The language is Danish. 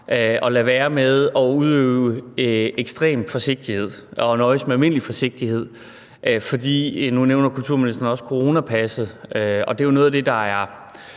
at lade være med at udøve ekstrem forsigtighed og nøjes med almindelig forsigtighed. Nu nævner kulturministeren også coronapasset, og det er jo noget af det, der er